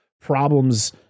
problems